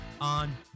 on